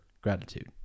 gratitude